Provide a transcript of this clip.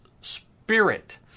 spirit